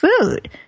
food